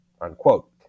unquote